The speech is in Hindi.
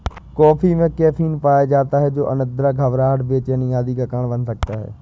कॉफी में कैफीन पाया जाता है जो अनिद्रा, घबराहट, बेचैनी आदि का कारण बन सकता है